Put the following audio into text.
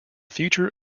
future